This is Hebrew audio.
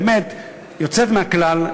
באמת יוצאת מהכלל,